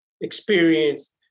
experience